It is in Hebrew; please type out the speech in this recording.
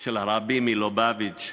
של הרבי מלובביץ'